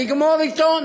נגמור אתו,